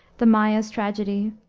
the maia's tragedy,